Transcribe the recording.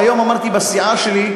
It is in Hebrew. היום אמרתי בסיעה שלי,